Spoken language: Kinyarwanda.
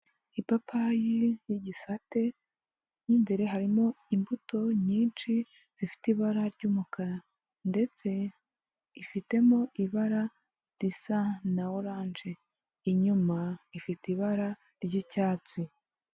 Ipapayi y'igisate mu imbere harimo imbuto nyinshi zifite ibara ry'umukara ndetse ifitemo ibara risa na oranje inyuma ifite ibara ry'icyatsi.